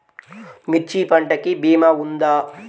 మిర్చి పంటకి భీమా ఉందా?